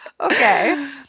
Okay